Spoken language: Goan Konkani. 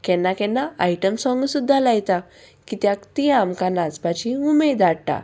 केन्ना केन्ना आयटम सोंग सुद्दा लायता कित्याक ती आमकां नाचपाची उमेद धाडटा